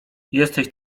jesteś